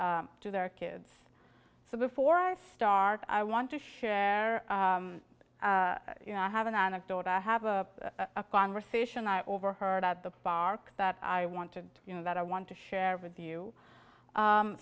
to their kids so before i start i want to share you know i have an anecdote i have a conversation i overheard at the bark that i want to you know that i want to share with you